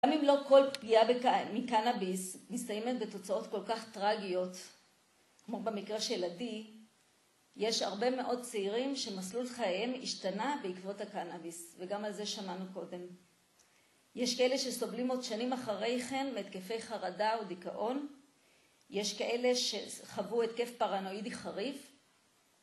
גם אם לא כל פגיעה מקנאביס מסתיימת בתוצאות כל כך טראגיות, כמו במקרה של עדי, יש הרבה מאוד צעירים שמסלול חייהם השתנה בעקבות הקנאביס, וגם על זה שמענו קודם. יש כאלה שסובלים עוד שנים אחרי כן מהתקפי חרדה ודיכאון, יש כאלה שחוו התקף פרנואידי חריף,